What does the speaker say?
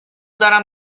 دارم